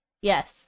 Yes